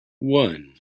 one